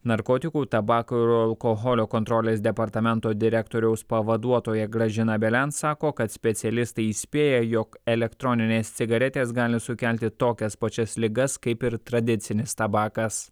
narkotikų tabako ir alkoholio kontrolės departamento direktoriaus pavaduotoja gražina velen sako kad specialistai įspėja jog elektroninės cigaretės gali sukelti tokias pačias ligas kaip ir tradicinis tabakas